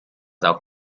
auch